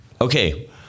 Okay